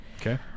Okay